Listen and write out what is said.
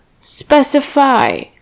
specify